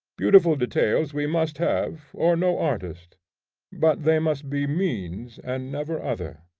beautiful details we must have, or no artist but they must be means and never other.